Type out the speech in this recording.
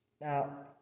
Now